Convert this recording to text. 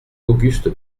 auguste